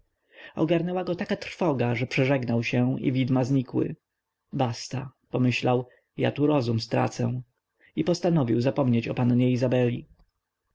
ogarnęła go taka trwoga że przeżegnał się i widma znikły basta pomyślał ja tu rozum stracę i postanowił zapomnieć o pannie izabeli